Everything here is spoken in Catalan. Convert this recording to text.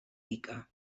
pica